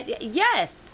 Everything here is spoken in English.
Yes